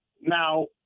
Now